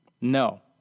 No